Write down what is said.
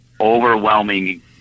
overwhelming